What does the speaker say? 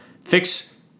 fix